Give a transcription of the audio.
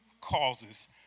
causes